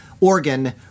organ